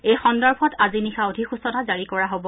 এই সন্দৰ্ভত আজি নিশা অধিসূচনা জাৰি কৰা হ'ব